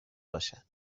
باشد